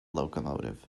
locomotive